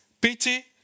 pity